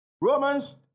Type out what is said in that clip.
Romans